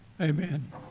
amen